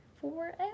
forever